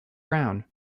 brown